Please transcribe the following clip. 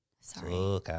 sorry